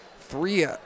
three